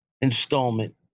installment